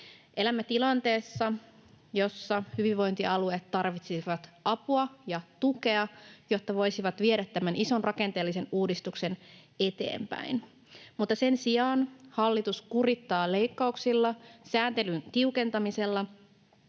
Elämme tilanteessa, jossa hyvinvointialueet tarvitsisivat apua ja tukea, jotta voisivat viedä tämän ison rakenteellisen uudistuksen eteenpäin, mutta sen sijaan hallitus kurittaa leikkauksilla, sääntelyn tiukentamisella